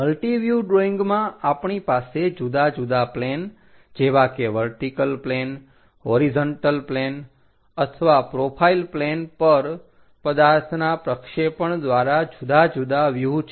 multiview ડ્રોઈંગમાં આપણી પાસે જુદા જુદા પ્લેન જેવા કે વર્ટિકલ પ્લેન હોરીજન્ટલ પ્લેન અથવા પ્રોફાઈલ પ્લેન પર પદાર્થના પ્રક્ષેપણ દ્વારા જુદા જુદા વ્યુહ છે